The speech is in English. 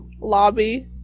lobby